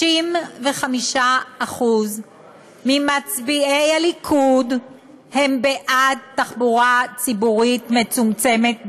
65% ממצביעי הליכוד הם בעד תחבורה ציבורית מצומצמת בשבת,